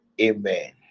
Amen